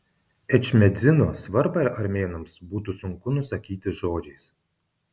ečmiadzino svarbą armėnams būtų sunku nusakyti žodžiais